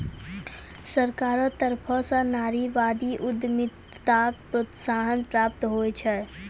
सरकारो तरफो स नारीवादी उद्यमिताक प्रोत्साहन प्राप्त होय छै